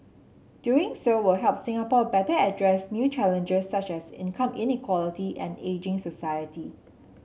doing so will help Singapore better address new challenges such as income inequality and ageing society